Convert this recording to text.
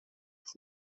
des